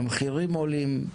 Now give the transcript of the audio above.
המחירים עולים,